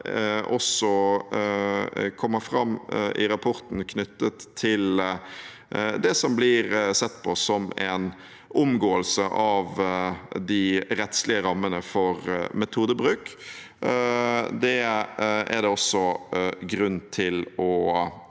også kommer fram i rapporten, knyttet til det som blir sett på som en omgåelse av de rettslige rammene for metodebruk. Det er det også grunn til å